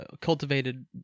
cultivated